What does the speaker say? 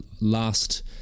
Last